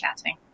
chatting